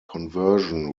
conversion